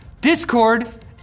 Discord